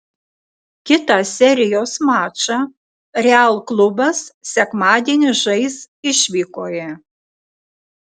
kitą serijos mačą real klubas sekmadienį žais išvykoje